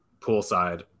poolside